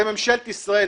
מדובר בממשלת ישראל,